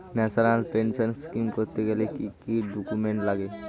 National pension scheme করতে গেলে কি কি ডকুমেন্ট লাগে?